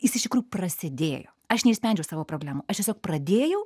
jis iš tikrųjų prasidėjo aš neišsprendžiau savo problemų aš tiesiog pradėjau